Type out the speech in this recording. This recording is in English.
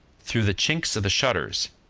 through the chinks of the shutters,